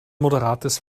moderates